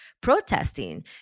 protesting